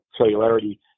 cellularity